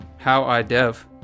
#HowIDev